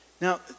Now